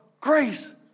grace